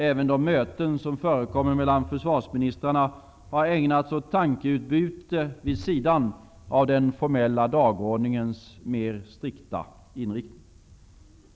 Även de möten som förekommer mellan försvarsministrarna har ägnats åt tankeutbyte vid sidan av den formella dagordningens mer strikta inriktning.